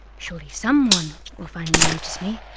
surely someone will finally notice me,